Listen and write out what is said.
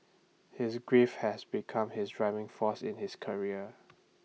his grief had become his driving force in his career